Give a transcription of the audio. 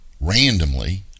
randomly